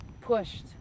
pushed